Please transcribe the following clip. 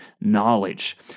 knowledge